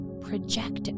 project